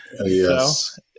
Yes